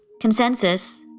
consensus